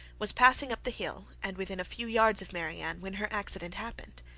was passing up the hill and within a few yards of marianne, when her accident happened.